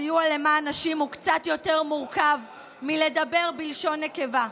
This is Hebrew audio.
הסיוע למען נשים הוא קצת יותר מורכב מלדבר בלשון נקבה.